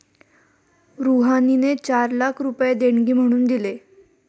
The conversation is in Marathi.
रुहानीने चार लाख रुपये देणगी म्हणून दिले